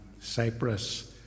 Cyprus